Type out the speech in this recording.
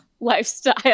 lifestyle